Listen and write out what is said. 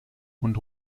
und